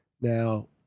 Now